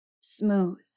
Smooth